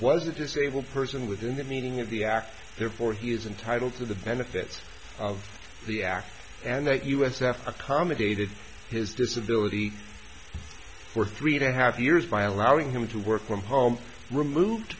was a disabled person within the meaning of the act therefore he is entitled to the benefits of the act and that us have accommodated his disability for three and a half years by allowing him to work from home removed